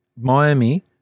Miami